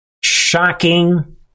shocking